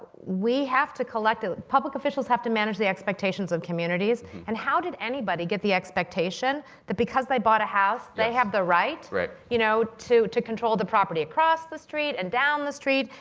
have to collect public officials have to manage the expectations of communities. and how did anybody get the expectation that because they bought a house, they have the right right you know to to control the property across the street, and down the street,